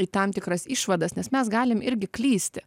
į tam tikras išvadas nes mes galim irgi klysti